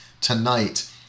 tonight